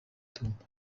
tumba